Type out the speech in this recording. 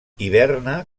hiberna